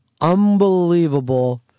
unbelievable